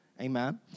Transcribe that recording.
Amen